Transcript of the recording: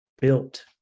built